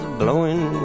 blowing